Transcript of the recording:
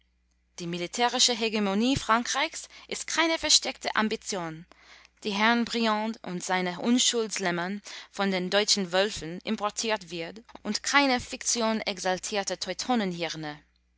die militärische hegemonie frankreichs ist keine versteckte ambition die herrn briand und seinen unschuldslämmern von den deutschen wölfen importiert wird und keine fiktion exaltierter